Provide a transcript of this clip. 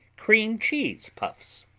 cream cheese puffs